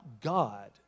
God